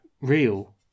real